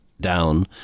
down